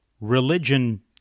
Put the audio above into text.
religion